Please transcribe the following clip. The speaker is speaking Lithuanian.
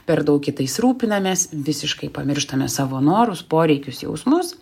per daug kitais rūpinamės visiškai pamirštame savo norus poreikius jausmus